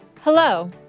Hello